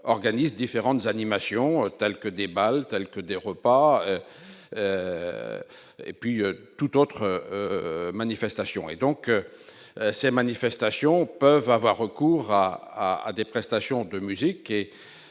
organisent différentes animations telles que des balles, tels que des repas et puis tout autre manifestation et donc ces manifestations peuvent avoir recours à à à des prestations de musique